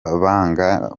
banga